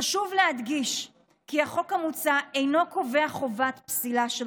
חשוב להדגיש כי החוק המוצע אינו קובע חובת פסילה של